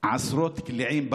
עשרות קליעים.